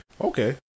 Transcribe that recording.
okay